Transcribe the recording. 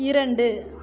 இரண்டு